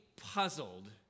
puzzled